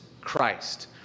Christ